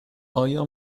آیا